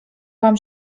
wam